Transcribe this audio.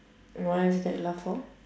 what is that laugh for